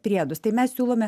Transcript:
priedus tai mes siūlome